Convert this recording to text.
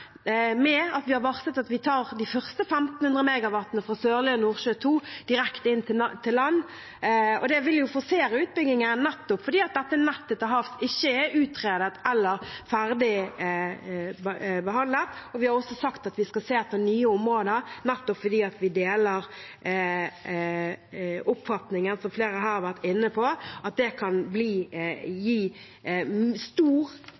at vi har varslet at vi tar de første 1 500 MW fra Sørlige Nordsjø II direkte inn til land. Det vil forsere utbyggingen fordi det nettet til havs ikke er utredet eller ferdig behandlet. Vi har også sagt at vi skal se etter nye områder, for vi deler oppfatningen, som flere har vært inne på, om at det kan